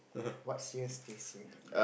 what's here stays here